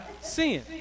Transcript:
Sin